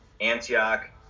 Antioch